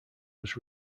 was